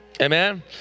Amen